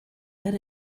that